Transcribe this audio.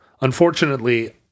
Unfortunately